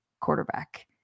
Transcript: quarterback